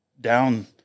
down